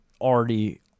already